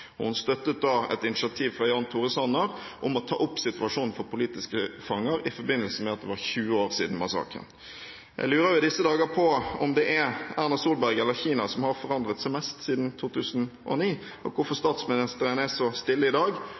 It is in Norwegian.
Hun støttet et initiativ fra Jan Tore Sanner om å ta opp situasjonen for politiske fanger i forbindelse med at det var 20 år siden massakren. Jeg lurer i disse dager på om det er Erna Solberg eller Kina som har forandret seg mest siden 2009, og hvorfor statsministeren er så stille i dag,